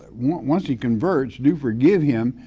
and once he converts, do forgive him.